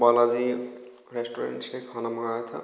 जी मैने बालाजी रेस्टोरेंट से खाना मंगाया था